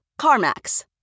CarMax